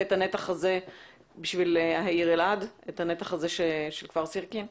את הנתח הזה של כפר סירקין בשביל העיר אלעד?